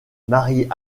marie